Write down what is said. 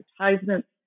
advertisements